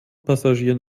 passagieren